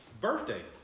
birthday